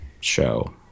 show